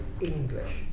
English